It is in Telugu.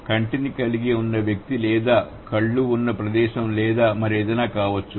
కంటిని కలిగి ఉన్న వ్యక్తి లేదా కళ్ళు ఉన్న ప్రదేశం లేదా మరేదైనా కావచ్చు